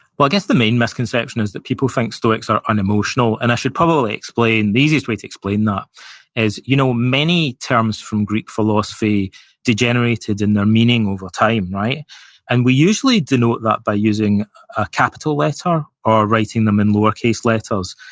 well, i guess the main misconception is that people think stoics are unemotional, and i should probably explain, the easiest way to explain that is you know many terms from greek philosophy degenerated in their meaning over time. and we usually denote that by using a capital letter, or writing them in lowercase letters.